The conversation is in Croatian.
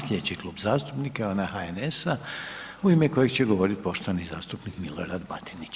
Sljedeći klub zastupnika je onaj HNS-a u ime kojeg će govoriti poštovani zastupnik Milorad Batinić.